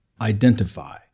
identify